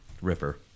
Ripper